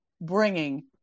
bringing